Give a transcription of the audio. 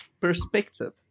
perspective